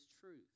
truth